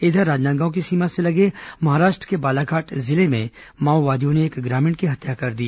इधर राजनांदगांव की सीमा से लगे महाराष्ट्र के बालाघाट जिले में माओवादियों ने एक ग्रामीण की हत्या कर दी